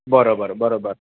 बरोबर बरोबर